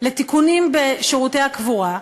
לתיקונים בשירותי הקבורה.